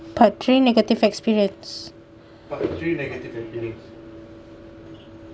part three negative experience